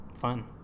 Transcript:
fun